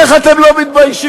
איך אתם לא מתביישים?